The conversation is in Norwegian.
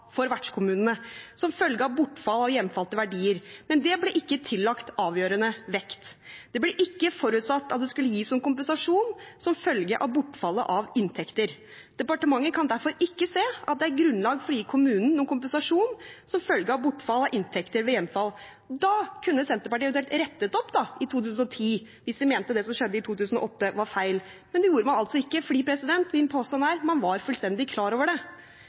for vertskommunene som følge av bortfall av hjemfalte verdier, men det ble ikke tillagt avgjørende vekt. Det ble forutsatt at det ikke skulle gis noen kompensasjon som følge av bortfall av inntekter». Departementet kan derfor ikke se at det er grunnlag for å gi kommunen noen kompensasjon som følge av bortfall av inntekter ved hjemfall. Senterpartiet kunne eventuelt rettet opp da, i 2010, hvis de mente at det som skjedde i 2008, var feil. Men det gjorde man altså ikke fordi – og det er min påstand – man var fullstendig klar over det.